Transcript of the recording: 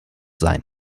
sein